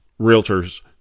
realtors